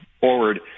forward